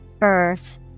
Earth